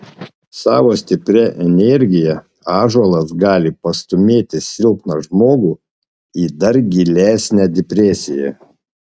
savo stipria energija ąžuolas gali pastūmėti silpną žmogų į dar gilesnę depresiją